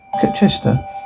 Chester